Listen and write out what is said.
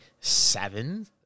seven